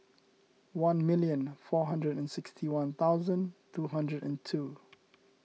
one million four hundred and sixty one thousand two hundred and two